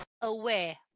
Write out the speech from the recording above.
aware